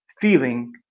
feeling